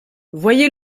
voyez